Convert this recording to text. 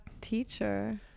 teacher